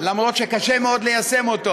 אף שקשה מאוד ליישם אותו.